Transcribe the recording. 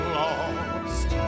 lost